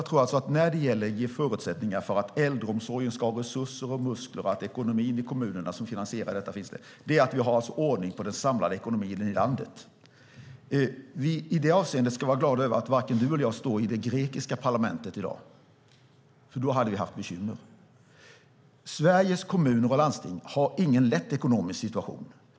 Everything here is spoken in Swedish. Fru talman! Förutsättningarna för att äldreomsorgen ska ha resurser och muskler och att det ska finnas ekonomi i kommunerna att finansiera den är att vi har ordning på den samlade ekonomin i landet. I det avseendet ska vi vara glada över att varken Eva Olofsson eller jag står i det grekiska parlamentet i dag, för då hade vi haft bekymmer. Sveriges kommuner och landsting har ingen lätt ekonomisk situation.